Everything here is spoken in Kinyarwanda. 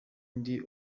ndi